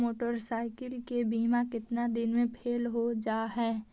Motorcycle के बिमा केतना दिन मे फेल हो जा है?